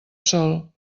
sol